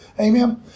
amen